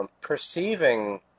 perceiving